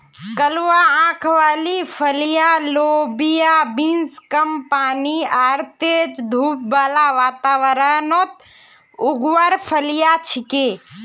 कलवा आंख वाली फलियाँ लोबिया बींस कम पानी आर तेज धूप बाला वातावरणत उगवार फलियां छिके